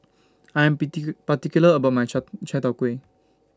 I'm particular about My Chai Chai Tow Kway